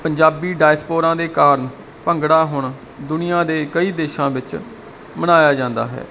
Punjabi diaspora ਦੇ ਕਾਰਨ ਭੰਗੜਾ ਹੁਣ ਦੁਨੀਆਂ ਦੇ ਕਈ ਦੇਸ਼ਾਂ ਵਿੱਚ ਪਾਇਆ ਜਾਂਦਾ ਹੈ